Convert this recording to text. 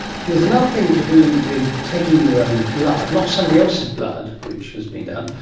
there's another thing to do with taking your own blood, not somebody else's blood, which has been done,